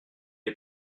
est